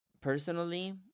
personally